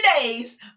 days